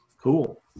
Cool